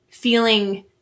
feeling